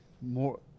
more –